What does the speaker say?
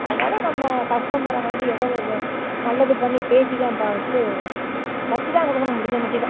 அதனால் நம்ம கஸ்டமரை வந்து ஏதோ நல்லது பண்ணி பேசி தான் பார்த்து தைச்சி தான் கொடுக்கணும் முடிஞ்சமட்டிலும்